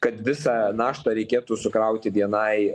kad visą naštą reikėtų sukrauti vienai